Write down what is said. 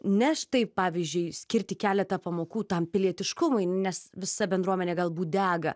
ne štai pavyzdžiui skirti keletą pamokų tam pilietiškumui nes visa bendruomenė galbūt dega